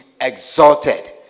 exalted